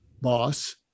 boss